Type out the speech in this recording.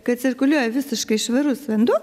kad cirkuliuoja visiškai švarus vanduo